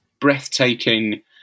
breathtaking